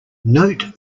note